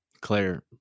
claire